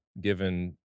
given